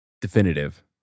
Definitive